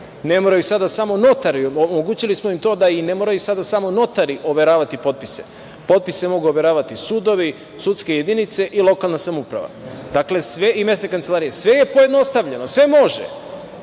ne moraju sada samo notari, jer omogućili smo im to da ne moraju samo notari overavati potpise. Potpise mogu overavati sudovi, sudske jedinice i lokalna samouprava i mesne kancelarije. Dakle, sve je pojednostavljeno, sve može,